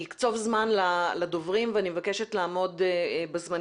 אני אקצוב זמן לדוברים ואני מבקשת לעמוד בו.